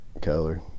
color